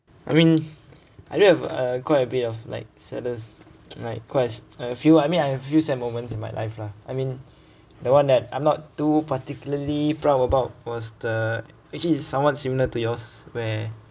I mean I do have a quite a bit of like saddest like quite a few I mean I have a few sad moments in my life lah I mean the one that I'm not too particularly proud about was the actually is somewhat similar to yours where